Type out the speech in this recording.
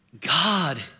God